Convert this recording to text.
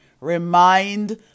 remind